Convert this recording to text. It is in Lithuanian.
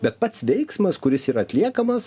bet pats veiksmas kuris yra atliekamas